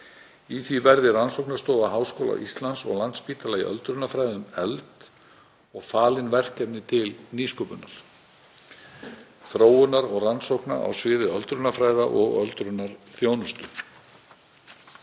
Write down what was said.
Rannsóknarstofa Háskóla Íslands og Landspítala í öldrunarfræðum verði efld og falin verkefni til nýsköpunar, þróunar og rannsókna á sviði öldrunarfræða og öldrunarþjónustu.